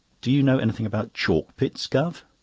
do you know anything about chalk pits, guv?